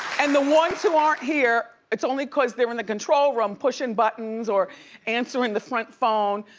and the ones who aren't here, it's only cause they're in the control room pushin buttons or answerin' the front phone,